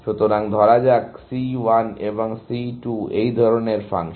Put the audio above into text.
সুতরাং ধরা যাক C 1 এবং C 2 এই ধরনের ফাংশন